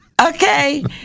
okay